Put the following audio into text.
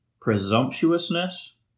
presumptuousness